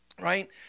right